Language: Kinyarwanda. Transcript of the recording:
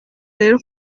rero